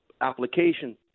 application